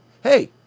Hey